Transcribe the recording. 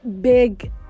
big